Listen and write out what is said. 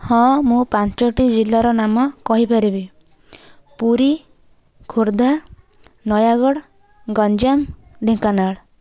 ହଁ ମୁଁ ପାଞ୍ଚଟି ଜିଲ୍ଲାର ନାମ କହିପାରିବି ପୁରୀ ଖୋର୍ଦ୍ଧା ନୟାଗଡ଼ ଗଞ୍ଜାମ ଢେଙ୍କାନାଳ